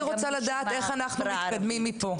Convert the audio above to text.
אני רוצה לדעת איך אנחנו מתקדמים מפה.